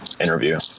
interview